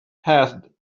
had